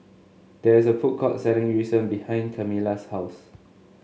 there is a food court selling Yu Sheng behind Camila's house